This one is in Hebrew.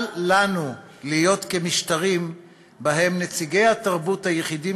אל לנו להיות כמשטרים שבהם נציגי התרבות היחידים